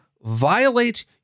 violate